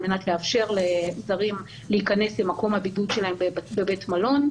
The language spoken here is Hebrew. על מנת לאפשר לזרים להיכנס למקום הבידוד שלהם בבית מלון,